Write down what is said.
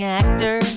actor